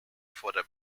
for